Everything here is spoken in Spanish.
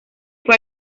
fue